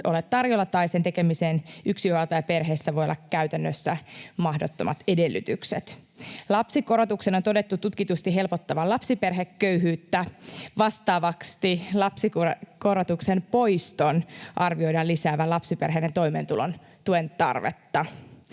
tai sen tekemiseen yksinhuoltajaperheissä voi olla käytännössä mahdottomat edellytykset. Lapsikorotuksen on todettu tutkitusti helpottavan lapsiperheköyhyyttä. Vastaavasti lapsikorotuksen poiston arvioidaan lisäävän lapsiperheiden toimeentulotuen tarvetta.